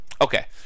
Okay